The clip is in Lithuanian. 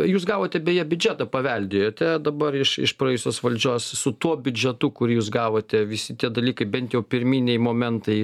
jūs gavote beje biudžetą paveldėjote dabar iš iš praėjusios valdžios su tuo biudžetu kurį jūs gavote visi tie dalykai bent jau pirminiai momentai